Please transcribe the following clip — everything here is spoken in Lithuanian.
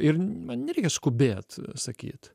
ir man nereikia skubėt sakyt